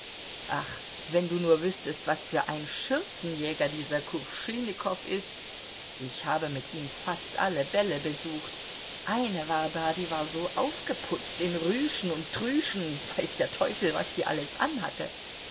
ach wenn du nur wüßtest was für ein schürzenjäger dieser kuwschinnikow ist ich habe mit ihm fast alle bälle besucht eine war da die war so aufgeputzt in rüschen und trüschen weiß der teufel was die alles anhatte